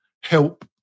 help